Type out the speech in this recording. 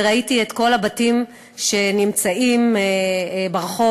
וראיתי את כל הבתים שנמצאים ברחוב,